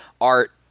Art